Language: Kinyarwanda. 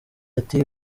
ati